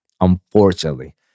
Unfortunately